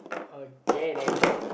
okay let go